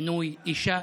מינוי אישה.